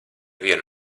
vienu